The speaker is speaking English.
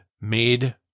made